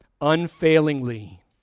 unfailingly